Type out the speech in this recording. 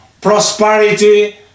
prosperity